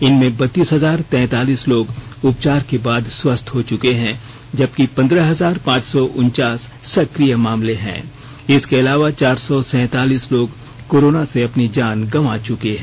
इनमें बत्तीस हजार तैंतालीस लोग उपचार के बाद स्वस्थ हो चुके हैं जबकि पंद्रह हजार पांच सौ उनचास सक्रिय मामले हैं इसके अलावा चार सौ सैंतालीस लोग कोरोना से अपनी जान गंवा चुके हैं